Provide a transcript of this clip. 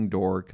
Door